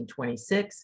1926